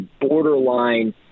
borderline